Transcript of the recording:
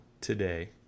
today